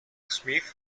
smith